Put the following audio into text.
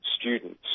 students